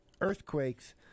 earthquakes